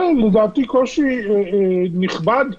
זה לדעתי קושי נכבד,